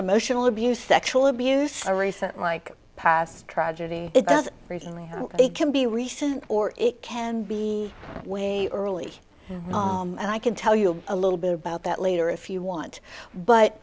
emotional abuse sexual abuse a recent like past tragedy it was recently they can be recent or it can be way early and i can tell you a little bit about that later if you want but